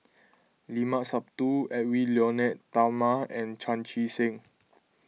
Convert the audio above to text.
Limat Sabtu Edwy Lyonet Talma and Chan Chee Seng